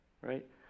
right